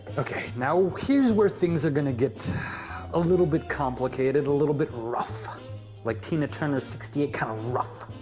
okay. now, here's where things are going to get a little bit complicated, a little bit rough like tina turner sixty eight kind of rough.